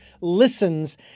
listens